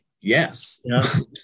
Yes